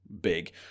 big